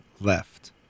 left